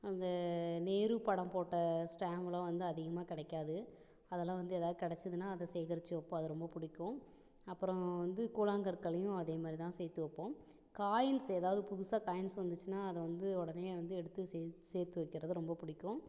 அந்த நேரு படம் போட்ட ஸ்டாம்ப்லாம் வந்து அதிகமாக கிடக்காது அதல்லாம் வந்து எதாவது கிடச்சுதுன்னா அதை சேகரித்து வைப்போம் அது ரொம்ப பிடிக்கும் அப்புறம் வந்து கூழாங்கற்களையும் அதே மாதிரிதான் சேர்த்து வைப்போம் காயின்ஸ் எதாவது புதுசாக காயின்ஸ் வந்துச்சின்னா அதை வந்து உடனே வந்து எடுத்து சே சேர்த்து வைக்கிறது ரொம்ப பிடிக்கும்